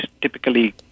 typically